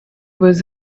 was